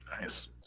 Nice